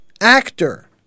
actor